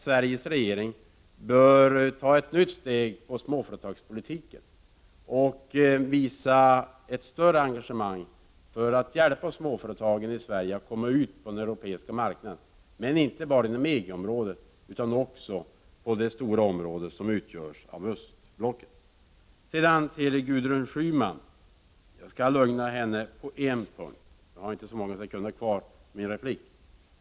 Sveriges regering bör ta ett nytt steg i fråga om småföretagspolitiken, och man bör visa ett större engagemang för att hjälpa småföretagen i Sverige att komma ut på den europeiska marknaden. Detta gäller dock inte bara inom EG-området, utan även i det stora område som utgörs av östblocket. Vad gäller Gudrun Schymans inlägg vill jag lugna henne på en punkt — jag har inte så många sekunder kvar av min repliktid.